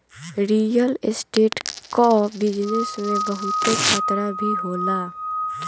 real estate कअ business में बहुते खतरा भी होला